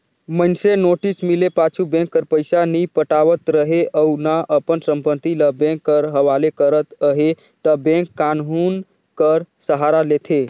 मइनसे नोटिस मिले पाछू बेंक कर पइसा नी पटावत रहें अउ ना अपन संपत्ति ल बेंक कर हवाले करत अहे ता बेंक कान्हून कर सहारा लेथे